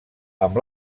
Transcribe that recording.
amb